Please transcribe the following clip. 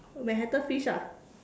Manhattan fish ah